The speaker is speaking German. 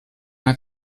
hat